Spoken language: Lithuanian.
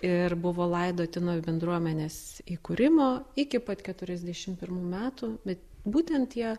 ir buvo laidoti nuo bendruomenės įkūrimo iki pat keturiasdešim pirmų metų bet būtent jie